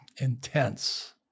Intense